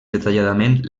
detalladament